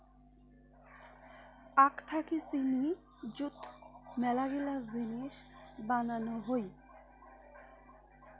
আখ থাকি চিনি যুত মেলাগিলা জিনিস বানানো হই